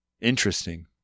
Interesting